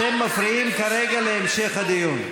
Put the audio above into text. אתם מפריעים כרגע להמשך הדיון.